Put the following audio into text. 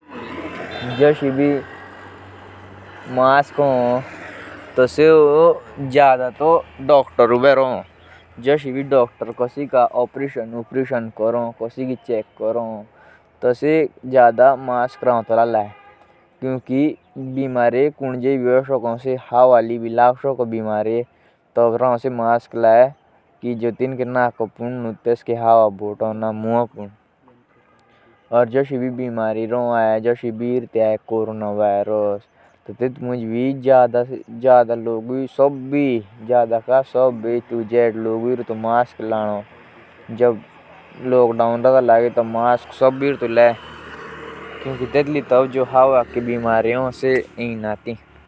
Surgical mask का उद्देश्य येजा हो कि जब डॉक्टर कोसी का ऑपरेशन भी करे तो जो बिमारे मरीज़ोक होले से हवा ली भी फेल सकों तो तेतके आस्ते मास्क हो।